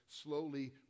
slowly